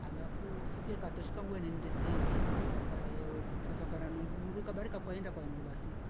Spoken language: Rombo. alafu sufia ikatosheka ngwe nndesengi kwae olu kwasasa na nungu nungu kabakarika kwaenda kwaino lasi